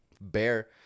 bear